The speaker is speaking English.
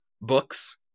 books